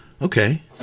okay